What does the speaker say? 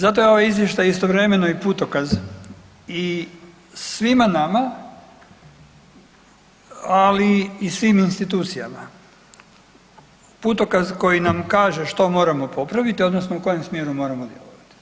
Zato je ovaj izvještaj istovremeno i putokaz i svima nama, ali i svim institucijama, putokaz koji nam kaže što moramo popraviti odnosno u kojem smjeru moramo djelovati.